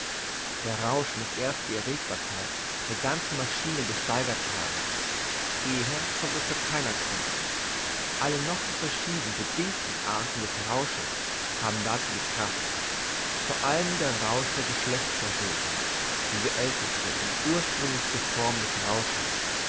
der rausch muss erst die erregbarkeit der ganzen maschine gesteigert haben eher kommt es zu keiner kunst alle noch so verschieden bedingten arten des rausches haben dazu die kraft vor allem der rausch der geschlechtserregung diese älteste und ursprünglichste form des rausches